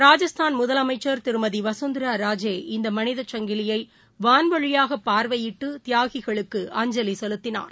ராஜஸ்தான் முதலமைச்சர் திருமதிவசுந்தராராஜே இந்தமனிதசங்கிலியைவான்வழியாகபார்வையிட்டுதியாகிகளுக்கு அஞ்சலிசெலுத்தினார்